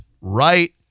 right